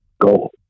go